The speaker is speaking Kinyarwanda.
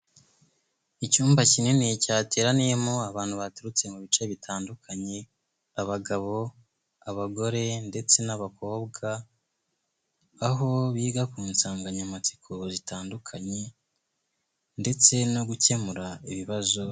Icyumba kinini cyateraniyemo abantu baturutse mu bice bitandukanye, abagabo, abagore ndetse n'abakobwa, aho biga ku nsanganyamatsiko zitandukanye ndetse no gukemura ibibazo...